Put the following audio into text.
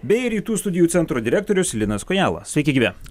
bei rytų studijų centro direktorius linas kojala sveiki gyvi